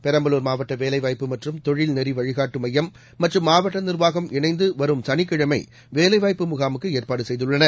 பெரம்பலூர் மாவட்ட வேலைவாய்ப்பு மற்றும் தொழில் நெறி வழிகாட்டு மையம் மற்றும் மாவட்ட நிர்வாகம் இணைந்து வரும் சனிக்கிழமை வேலைவாய்ப்பு முகாமுக்கு ஏற்பாடு செய்துள்ளன